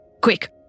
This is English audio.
Quick